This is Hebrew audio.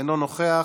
אינו נוכח,